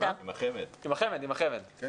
לא